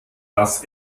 dass